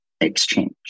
exchange